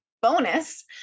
Bonus